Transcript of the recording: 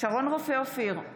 שרון רופא אופיר,